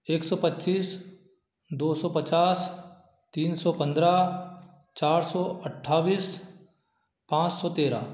एक सौ पच्चीस दो सौ पचास तीन सौ पंद्रह चार सौ अट्ठाईस पाँच सौ तेरह